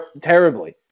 terribly